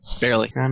Barely